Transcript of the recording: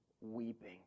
weeping